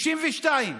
62,